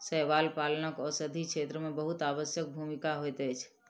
शैवाल पालनक औषधि क्षेत्र में बहुत आवश्यक भूमिका होइत अछि